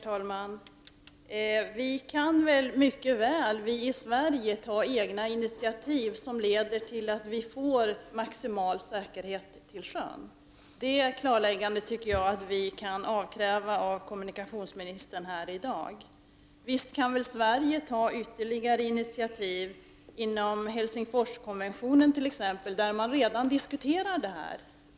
Herr talman! Vi kan mycket väl i Sverige ta egna initiativ som leder till att vi får maximal säkerhet till sjöss. Det klarläggandet kan vi avkräva av kommunikationsministern här i dag. Visst kan Sverige ta ytterligare initiativ, t.ex. inom ramen för Helsingforskonventionen, där man redan diskuterar frågan.